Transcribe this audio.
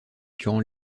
durant